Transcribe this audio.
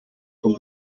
con